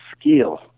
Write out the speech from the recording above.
skill